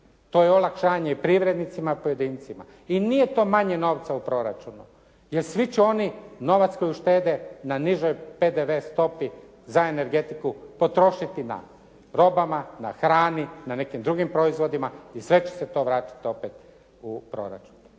To je olakšanje i privrednicima i pojedincima. I nije to manje novca u proračunu. Jer svi će oni novac koji uštede na nižoj PDV stopi za energetiku potrošiti na robama, na hrani, na nekim drugim proizvodima i sve će se to vratiti opet u proračun.